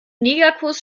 negerkuss